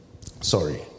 Sorry